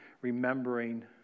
remembering